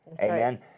Amen